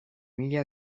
mila